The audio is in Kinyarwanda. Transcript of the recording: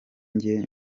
njye